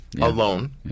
alone